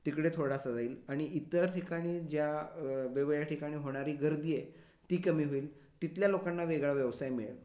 तिकडे थोडासा जाईल आणि इतर ठिकाणी ज्या वेगवेगळ्या ठिकाणी होणारी गर्दी आहे ती कमी होईल तिथल्या लोकांना वेगळा व्यवसाय मिळेल